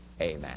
amen